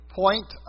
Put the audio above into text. point